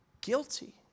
guilty